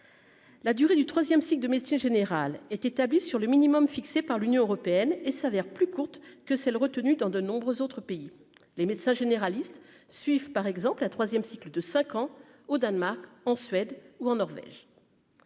La durée du 3ème cycle de médecine générale est établi sur le minimum fixé par l'Union européenne et s'avère plus courte que celle retenue dans de nombreux autres pays les médecins généralistes suivent par exemple la 3ème cycle de 5 ans au Danemark, en Suède ou en Norvège,